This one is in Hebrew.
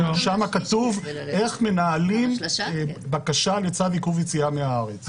שם כתוב איך מנהלים בקשה לצו עיכוב יציאה מהארץ.